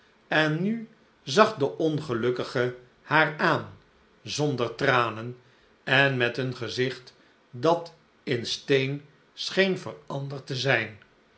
en nu zag de ongelukkige haar aan zonder tranen en met een gezicht dat in steen scheen veranderd te zijn